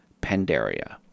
Pandaria